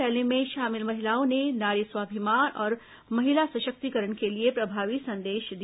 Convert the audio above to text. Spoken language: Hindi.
रैली में शामिल महिलाओं ने नारी स्वाभिमान और महिला सशक्तिकरण के लिए प्रभावी संदेश दिया